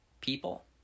people